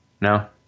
No